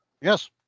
Yes